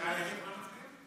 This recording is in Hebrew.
לא מצביעים?